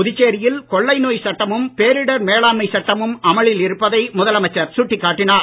புதுச்சேரியில் கொள்ளை நோய் சட்டமும் பேரிடர் மேலாண்மை சட்டமும் அமலில் இருப்பதை முதலமைச்சர் சுட்டிக் காட்டினார்